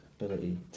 Ability